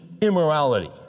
immorality